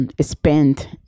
spend